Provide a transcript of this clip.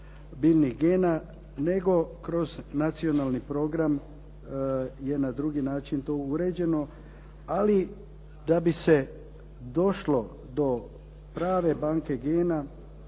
biljnih gena nego kroz nacionalni program je na drugi način to uređeno, ali da bi se došlo do prave banke gena